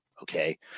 okay